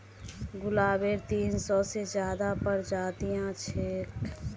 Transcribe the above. गुलाबेर तीन सौ से ज्यादा प्रजातियां छेक